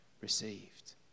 received